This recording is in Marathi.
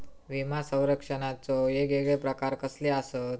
विमा सौरक्षणाचे येगयेगळे प्रकार कसले आसत?